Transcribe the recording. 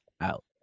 out